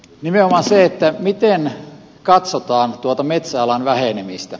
linjala selittää miten katsotaan tuota metsäalan vähenemistä